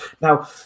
Now